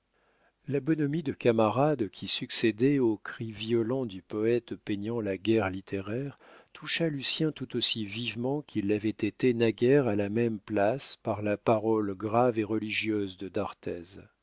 la bonhomie de camarade qui succédait au cri violent du poète peignant la guerre littéraire toucha lucien tout aussi vivement qu'il l'avait été naguère à la même place par la parole grave et religieuse de d'arthez